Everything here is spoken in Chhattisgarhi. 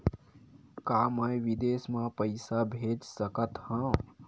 का मैं विदेश म पईसा भेज सकत हव?